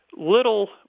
little